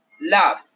love